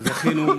אבל זכינו,